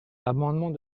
amendement